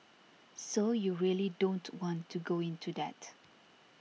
so you really don't want to go into that